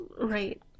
right